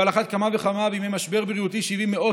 ועל אחת כמה וכמה בימי משבר בריאותי שהביא מאות